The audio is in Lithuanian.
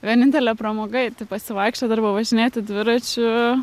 vienintele pramoga eiti pasivaikščiot arba važinėti dviračiu